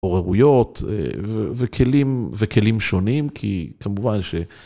עוררויות וכלים, וכלים שונים, כי כמובן ש...